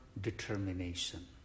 determination